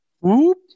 Whoop